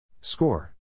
Score